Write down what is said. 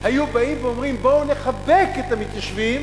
היו באים ואומרים: בואו נחבק את המתיישבים